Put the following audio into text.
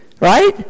Right